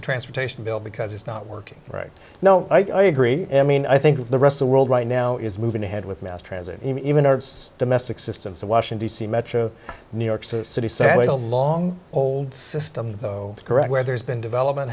a transportation bill because it's not working right now i agree i mean i think the rest of the world right now is moving ahead with mass transit even our domestic systems of washing d c metro new york city say a long old system though correct where there's been development